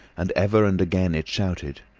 and ever and again it shouted.